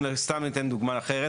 סתם ניתן דוגמא אחרת,